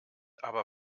aber